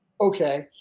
okay